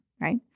right